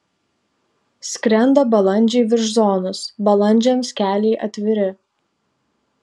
skrenda balandžiai virš zonos balandžiams keliai atviri